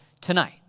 tonight